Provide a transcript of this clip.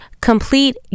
complete